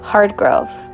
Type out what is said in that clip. Hardgrove